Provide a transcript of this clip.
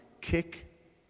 kick